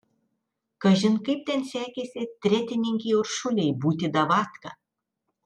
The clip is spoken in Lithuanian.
kažin kaip ten sekėsi tretininkei uršulei būti davatka